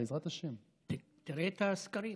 אבל בא לנו לקרוא